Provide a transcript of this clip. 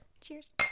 Cheers